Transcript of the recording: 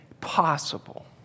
possible